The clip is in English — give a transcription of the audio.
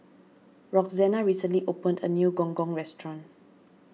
Roxana recently opened a new Gong Gong restaurant